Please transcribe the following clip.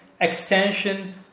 extension